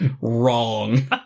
wrong